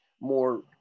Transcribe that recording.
more